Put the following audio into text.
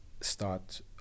start